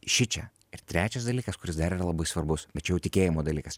šičia ir trečias dalykas kuris dar yra labai svarbus bet čia jau tikėjimo dalykas